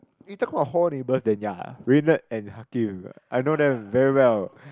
you talking about hall neighbours then ya Raned and Hakim I know them very well